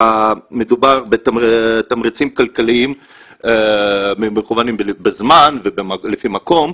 מדובר בתמריצים כלכליים ומכוונים בזמן ומקום.